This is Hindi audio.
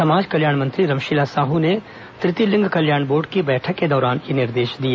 समाज कल्याण मंत्री रमशिला साहू ने तृतीय लिंग कल्याण बोर्ड की बैठक के दौरान यह निर्देश दिए